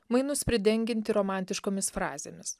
mainus pridengianti romantiškomis frazėmis